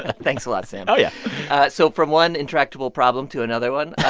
ah thanks a lot, sam oh, yeah so from one intractable problem to another one.